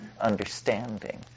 understanding